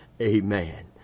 Amen